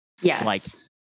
Yes